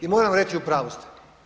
I moram reći u pravu ste.